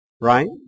right